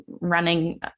running